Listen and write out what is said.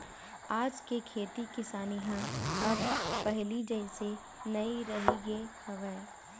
आज के खेती किसानी ह अब पहिली जइसे नइ रहिगे हवय